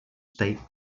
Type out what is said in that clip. state